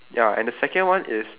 ya and the second one is